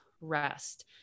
rest